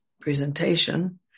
presentation